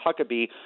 Huckabee